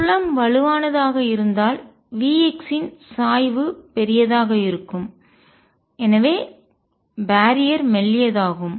புலம் வலுவானது ஆக இருந்தால் V இன் சாய்வு பெரியதாக இருக்கும் எனவே பேரியர் தடை மெல்லியதாகும்